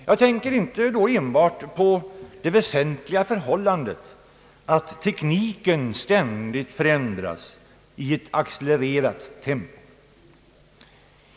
Jag tänker då inte enbart på det väsentliga förhållandet att tekniken ständigt förändras i ett accelererat tempo.